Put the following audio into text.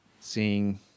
seeing